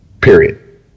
Period